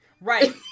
right